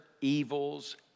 evils